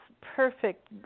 perfect